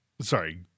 Sorry